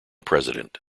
president